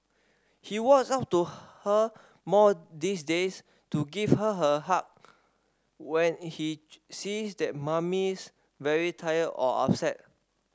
he walks up to her more these days to give her a hug when he sees that Mummy's very tired or upset